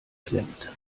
klemmt